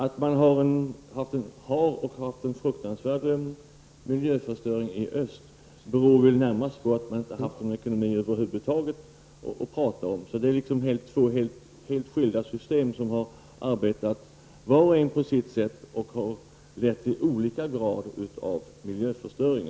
Att man har och har haft en fruktansvärd miljöförstöring i öst beror väl närmast på att man inte har haft någon ekonomi över huvud taget att tala om. Det är två helt skilda system som har arbetat vart och ett på sitt sätt och lett till olika grad av miljöförstöring.